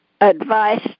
Advice